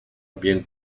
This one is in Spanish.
bien